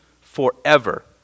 forever